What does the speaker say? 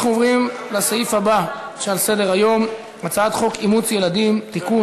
אנחנו עוברים לסעיף הבא שעל סדר-היום: הצעת חוק אימוץ ילדים (תיקון,